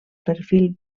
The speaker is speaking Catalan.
perfil